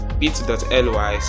bit.ly